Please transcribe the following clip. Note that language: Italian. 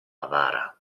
avara